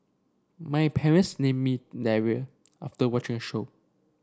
my parents named me Daryl after watching a show